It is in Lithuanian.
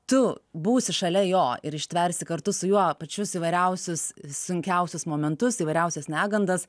tu būsi šalia jo ir ištversi kartu su juo pačius įvairiausius sunkiausius momentus įvairiausias negandas